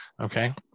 Okay